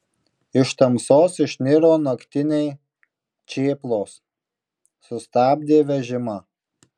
iš tamsos išniro naktiniai čėplos sustabdė vežimą